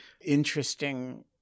interesting